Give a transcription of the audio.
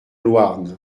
louarn